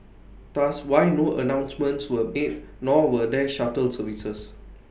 thus why no announcements were made nor were there shuttle services